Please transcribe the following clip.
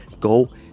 Go